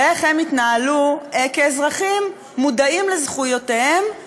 ואיך הם יתנהלו כאזרחים מודעים לזכויותיהם,